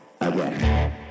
again